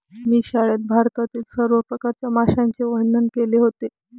मी शाळेत भारतातील सर्व प्रकारच्या माशांचे वर्णन केले होते